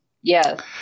Yes